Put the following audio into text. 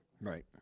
right